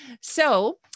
So-